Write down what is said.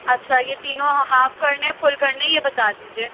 اچھا یہ تینوں ہاف کرنے ہیں فل کرنے ہیں یہ بتا دیجیے